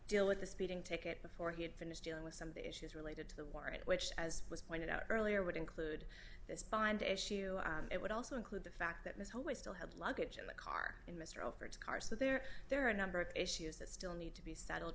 deal with the speeding ticket before he had finished dealing with some of the issues related to the warrant which as was pointed out earlier would include this bind issue it would also include the fact that miss home was still held luggage in the car in mr over its car so there there are a number of issues that still need to be settled